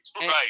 right